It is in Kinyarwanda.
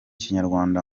kinyarwanda